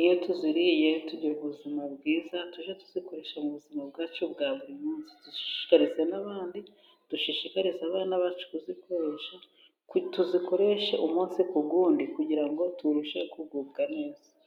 iyo tuziriye tugira ubuzima bwiza, tujye tuzikoresha mu buzima bwacu bwa buri munsi, dushishikarize n'abandi, dushishikarize abana bacu kuzikoresha, tuzikoreshe umunsi ku wundi kugira ngo turusheho kugubwa neza.